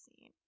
scene